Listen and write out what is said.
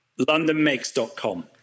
LondonMakes.com